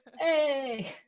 Hey